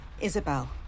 Isabel